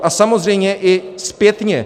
A samozřejmě i zpětně.